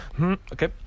Okay